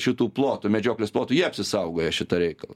šitų plotų medžioklės plotų jie apsisaugoja šitą reikalą